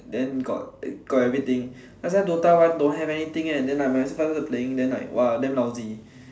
then got got everything last time DOTA one don't have anything leh then must as well just playing then !wah! damn lousy